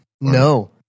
No